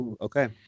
okay